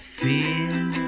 feel